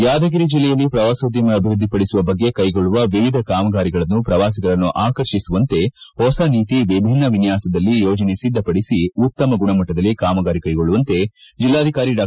ಯಾದಗಿರಿ ಜಿಲ್ಲೆಯಲ್ಲಿ ಪ್ರವಾಸೋದ್ದಮ ಅಭಿವೃದ್ದಿಪಡಿಸುವ ಬಗ್ಗೆ ಕೈಗೊಳ್ಳುವ ವಿವಿಧ ಕಾಮಗಾರಿಗಳನ್ನು ಪ್ರವಾಸಿಗರನ್ನು ಆಕರ್ಷಿಸುವಂತೆ ಹೊಸ ರೀತಿ ವಿಭಿನ್ನ ವಿನ್ನಾಸದಲ್ಲಿ ಯೋಜನೆ ಸಿದ್ದಪಡಿಸಿ ಉತ್ತಮ ಗುಣಮಟ್ಟದಲ್ಲಿ ಕಾಮಗಾರಿ ಕೈಗೊಳ್ಳುವಂತೆ ಜಿಲ್ಲಾಧಿಕಾರಿ ಡಾ